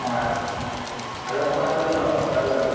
অঁ আৰু আৰু খোৱা লোৱাটো কেনেকুৱা হ'ব খোৱা লোৱাটো